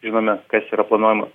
žinome kas yra planuojama